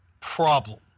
problem